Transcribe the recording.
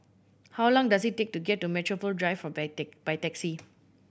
how long does it take to get to Metropole Drive by taxi